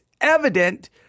evident